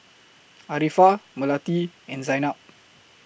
Arifa Melati and Zaynab